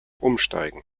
umsteigen